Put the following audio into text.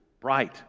bright